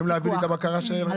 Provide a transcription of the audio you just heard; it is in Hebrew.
אתם יכולים להביא לי את הבקרה שלכם?